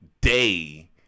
day